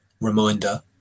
reminder